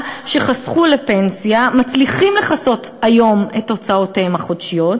ומעלה שחסכו לפנסיה מצליחים היום לכסות את הוצאותיהם החודשיות,